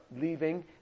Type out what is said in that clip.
leaving